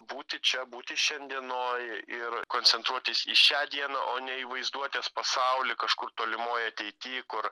būti čia būti šiandienoj ir koncentruotis į šią dieną o ne į vaizduotės pasaulį kažkur tolimoj ateity kur